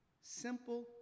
Simple